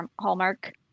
Hallmark